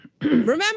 remember